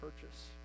purchase